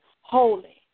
holy